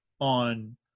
on